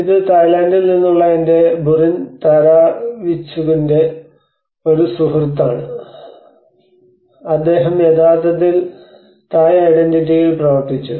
ഇത് തായ്ലൻഡിൽ നിന്നുള്ള എന്റെ ബുറിൻ തരാവിചിറ്റ്കുന്റെ ഒരു സുഹൃത്താണ് അദ്ദേഹം യഥാർത്ഥത്തിൽ തായ് ഐഡന്റിറ്റിയിൽ പ്രവർത്തിച്ചു